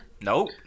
Nope